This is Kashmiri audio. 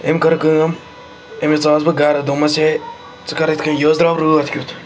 أمۍ کٔر کٲم أمِس ژاس بہٕ گَرٕ دوٚپمَس ہے ژٕ کَر اِتھ کٔنۍ یہِ حظ دراو رٲتھ کیُتھ